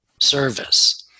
service